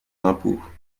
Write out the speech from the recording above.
impôts